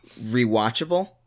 rewatchable